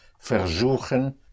Versuchen